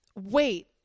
wait